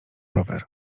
rower